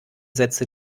sätze